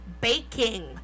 baking